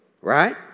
Right